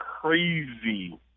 crazy